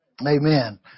Amen